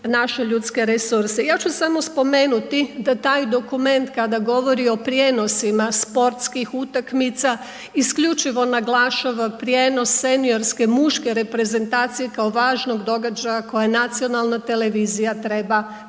Ja ću samo spomenuti da taj dokument kada govori o prijenosima sportskih utakmica isključivo naglašava prijenos seniorske muške reprezentacije kao važnog događaja koje nacionalna televizija treba promovirati,